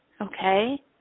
Okay